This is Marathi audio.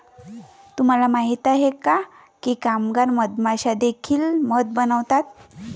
तुम्हाला माहित आहे का की कामगार मधमाश्या देखील मध बनवतात?